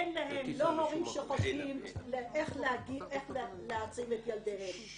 אין להם לא הורים שחושבים איך להעצים את ילדיהם.